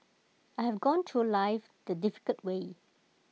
I have gone through life the difficult way